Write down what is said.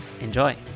Enjoy